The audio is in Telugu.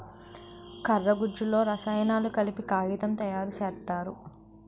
కర్ర గుజ్జులో రసాయనాలు కలిపి కాగితం తయారు సేత్తారు